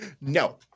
No